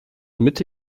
mitte